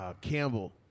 Campbell